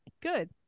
good